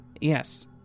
yes